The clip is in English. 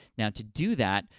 now, to do that,